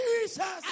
Jesus